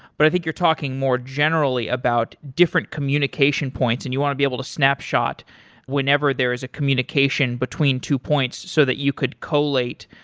but i think you're talking more generally about different communication points and you want to be able to snapshot whenever there is a communication between two points so that you could collate,